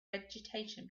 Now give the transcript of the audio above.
vegetation